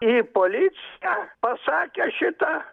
į policiją pasakė šitą